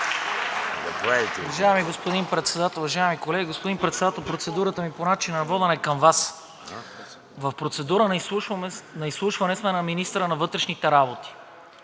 В процедура на изслушване сме на министъра на вътрешните работи